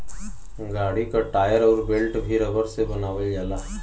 गाड़ी क टायर अउर बेल्ट भी रबर से बनावल जाला